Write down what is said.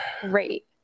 Great